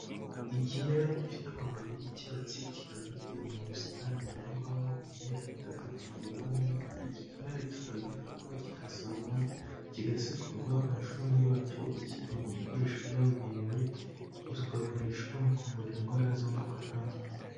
Ikimera gifite amababi y'icyatsi kikaba gite mu busitani buhingwamo ibimera bitandukanye bivamo imiti, iki kimera kikaba gifatwa kigasoromwa kigasekurwa umushongi wacyo ugashyirwa mu bikoresho byabugenewe, ugakoreshwa mu kuvura indwara z'amoko atandukanye.